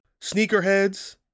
Sneakerheads